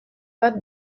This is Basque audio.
bat